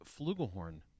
Flugelhorn